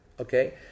okay